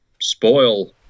spoil